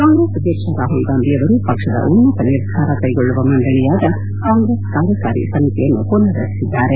ಕಾಂಗ್ರೆಸ್ ಅಧ್ವಕ್ಷ ರಾಹುಲ್ ಗಾಂಧಿ ಅವರು ಪಕ್ಷದ ಉನ್ನತ ನಿರ್ಧಾರ ಕೈಗೊಳ್ಳುವ ಮಂಡಳಿಯಾದ ಕಾಂಗ್ರೆಸ್ ಕಾರ್ಯಕಾರಿ ಸಮಿತಿಯನ್ನು ಮನರ್ ರಚಿಸಿದ್ದಾರೆ